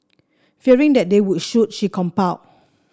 fearing that they would shoot she complied